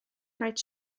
rhaid